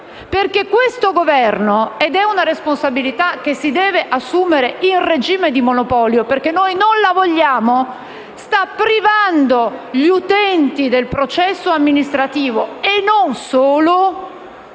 perché questo Governo ha una responsabilità che si deve assumere in regime di monopolio, perché noi non la vogliamo, che è quella di stare privando gli utenti del processo amministrativo, e non solo,